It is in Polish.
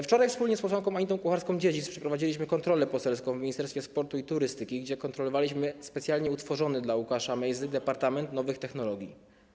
Wczoraj wspólnie z posłanką Anitą Kucharską-Dziedzic przeprowadziliśmy kontrolę poselską w Ministerstwie Sportu i Turystyki, gdzie kontrowaliśmy specjalnie utworzony dla Łukasza Mejzy departament nowych technologii.